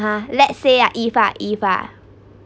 ha let's say ah if ah if ah